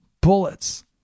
bullets